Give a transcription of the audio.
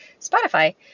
Spotify